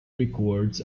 records